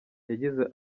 yagize